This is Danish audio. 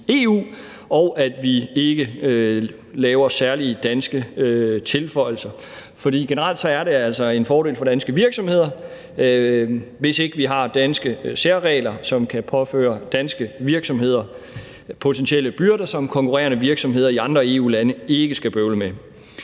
EU, og at vi ikke laver særlige danske tilføjelser. For generelt er det altså en fordel for danske virksomheder, hvis ikke vi har danske særregler, som kan påføre danske virksomheder potentielle byrder, som konkurrerende virksomheder i andre EU-lande ikke skal bøvle med.